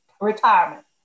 retirement